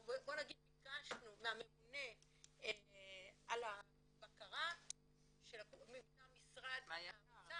בוא נגיד ביקשנו מהממונה על הבקרה מטעם משרד האוצר,